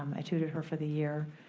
um i tutored her for the year.